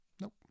Nope